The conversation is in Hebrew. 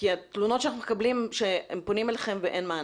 התלונות שאנחנו מקבלים אומרות שהם פונים אליכם ואין מענה.